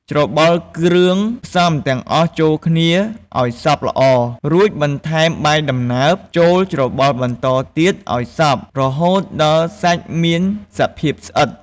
ច្របល់គ្រឿងផ្សំទាំងអស់ចូលគ្នាឱ្យសព្វល្អ រួចបន្ថែមបាយដំណើប ចូលច្របល់បន្តទៀតឱ្យសព្វ រហូតដល់សាច់មានសភាពស្អិត។